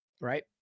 Right